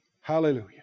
Hallelujah